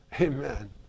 Amen